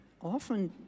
often